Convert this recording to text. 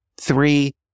Three